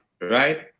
right